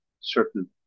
certain